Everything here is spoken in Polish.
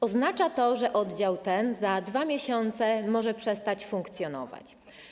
Oznacza to, że oddział ten za 2 miesiące może przestać funkcjonować.